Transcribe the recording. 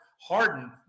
Harden